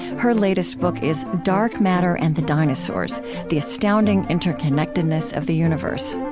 her latest book is dark matter and the dinosaurs the astounding interconnectedness of the universe